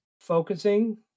focusing